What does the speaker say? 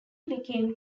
became